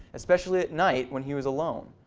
especially at night when he was alone.